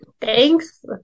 Thanks